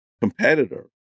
competitor